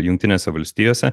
jungtinėse valstijose